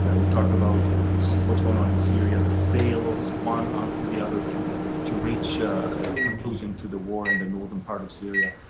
and we talked about what's going on in syria. the fails one after the the other to to reach a conclusion to the war in the northern part of syria.